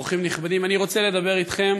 אורחים נכבדים, אני רוצה לדבר אתכם